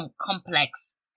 complex